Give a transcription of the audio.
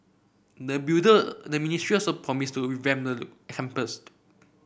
the builder the ministry also promised to revamp the